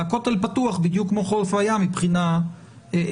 והכותל פתוח בדיוק כמו חוף הים מבחינה פיזית.